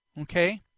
Okay